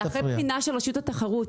אחרי בחינה של רשות התחרות,